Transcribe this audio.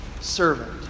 servant